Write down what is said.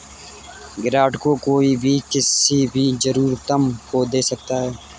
grant को कोई भी किसी भी जरूरतमन्द को दे सकता है